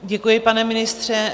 Děkuji, pane ministře.